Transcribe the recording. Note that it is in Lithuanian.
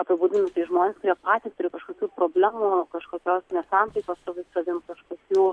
apibūdina tai žmonės kurie patys turi kažkokių problemų kažkokios nesantaikos su savim kažkokių